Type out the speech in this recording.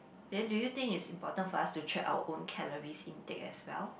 then do you think it's important for us to check our own calories intake as well